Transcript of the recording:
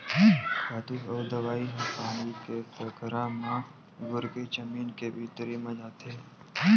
खातू अउ दवई ह पानी के संघरा म घुरके जमीन के भीतरी म जाथे